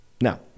Now